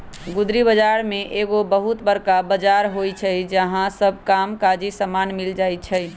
गुदरी बजार में एगो बहुत बरका बजार होइ छइ जहा सब काम काजी समान मिल जाइ छइ